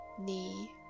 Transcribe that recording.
knee